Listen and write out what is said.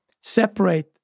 separate